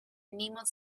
niemand